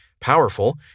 Powerful